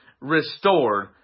restored